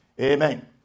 Amen